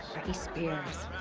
britney spears.